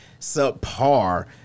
subpar